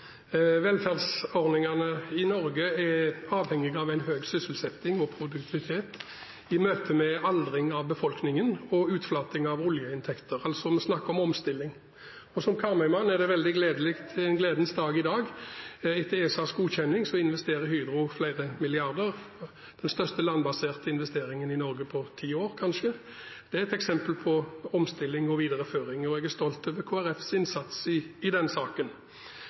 utflating av oljeinntekter. Vi snakker altså om omstilling. Som Karmøy-mann er det en gledens dag i dag, for etter ESAs godkjenning investerer Hydro flere milliarder – den største landbaserte investeringen i Norge på kanskje ti år. Det er et eksempel på omstilling og videreføring, og jeg er stolt over Kristelig Folkepartis innsats i den saken.